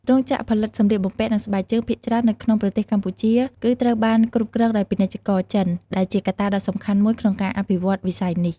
រោងចក្រផលិតសម្លៀកបំពាក់និងស្បែកជើងភាគច្រើននៅក្នុងប្រទេសកម្ពុជាគឺត្រូវបានគ្រប់គ្រងដោយពាណិជ្ជករចិន ដែលជាកត្តាដ៏សំខាន់មួយក្នុងការអភិវឌ្ឍវិស័យនេះ។